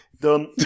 Done